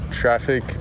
traffic